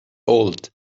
old